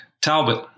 Talbot